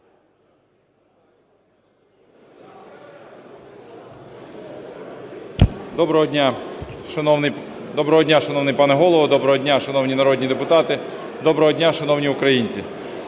Доброго дня, шановний пане Голово! Доброго дня, шановні народні депутати! Доброго дня, шановні українці!